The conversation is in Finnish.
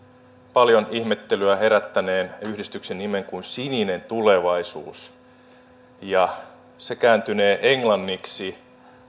paljon ihmettelyä herättäneen yhdistyksen nimen kuin sininen tulevaisuus se kääntynee englanniksi